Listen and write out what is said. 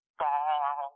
ball